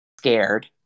scared